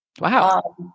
Wow